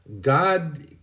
God